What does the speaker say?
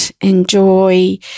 enjoy